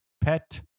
Pet